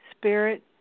spirit